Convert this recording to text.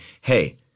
hey